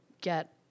get